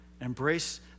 embrace